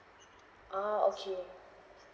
oh okay